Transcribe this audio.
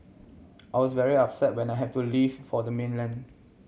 I was very upset when I have to leave for the mainland